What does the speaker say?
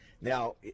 Now